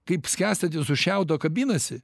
kaip skęstantis šiaudo kabinasi